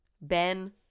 Ben